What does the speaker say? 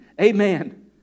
Amen